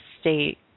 state